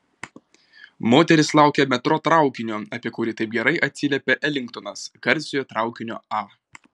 moteris laukė metro traukinio apie kurį taip gerai atsiliepė elingtonas garsiojo traukinio a